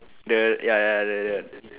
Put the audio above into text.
the ya ya the the